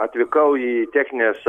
atvykau į techninės